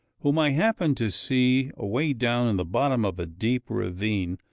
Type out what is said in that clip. whom i happen to see away down in the bottom of a deep ravine,